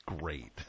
Great